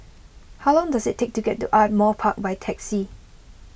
how long does it take to get to Ardmore Park by taxi